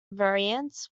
variants